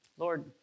Lord